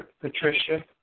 Patricia